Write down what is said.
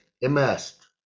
immersed